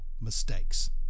mistakes